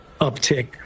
uptick